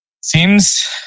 Seems